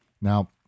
Now